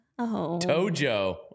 Tojo